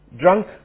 drunk